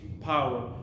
power